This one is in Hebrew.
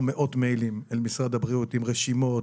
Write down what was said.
מאות מיילים אל משרד הבריאות עם רשימות,